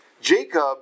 Jacob